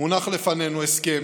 מונח לפנינו הסכם